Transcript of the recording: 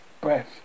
breath